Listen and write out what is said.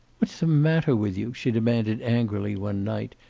what's the matter with you? she demanded angrily one night,